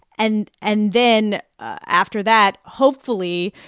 and and then after that, hopefully,